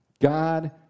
God